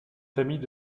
famille